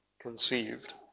conceived